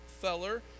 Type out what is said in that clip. feller